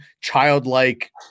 childlike